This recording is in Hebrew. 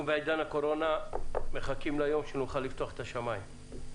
אנחנו בעידן הקורונה מחכים ליום שנוכל לפתוח את השמיים.